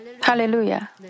Hallelujah